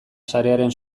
sarearen